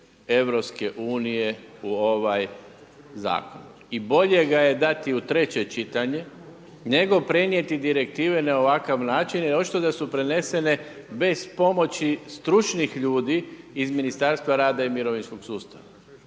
direktive EU u ovaj zakon. I bolje ga je dati u treće čitanje nego prenijeti direktive na ovakav način jer očito da su prenesene bez pomoći stručnih ljudi iz Ministarstava rada i mirovinskog sustava.